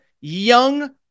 young